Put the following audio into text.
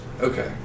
Okay